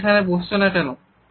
তুমি এখানে বসছো না কেন